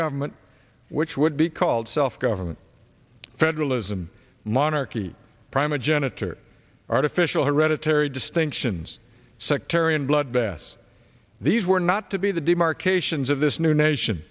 government which would be called self government federalism monarchy prime a janitor artificial hereditary distinctions sectarian bloodbath these were not to be the demarcations of this new nation